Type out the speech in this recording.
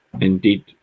Indeed